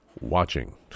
watching